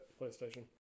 PlayStation